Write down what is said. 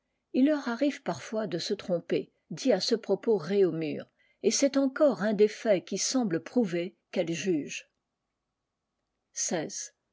il leur arrive parfois de se tromper dit à ce propos réaumur et c'est encore un des faits qui semblent prouver qu'elles jugent